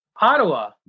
Ottawa